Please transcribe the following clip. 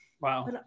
Wow